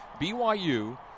BYU